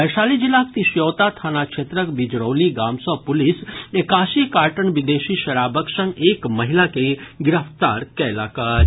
वैशाली जिलाक तिसियौता थाना क्षेत्रक बिजरौली गाम सँ पुलिस एकासी कार्टन विदेशी शराबक संग एक महिला के गिरफ्तार कयलक अछि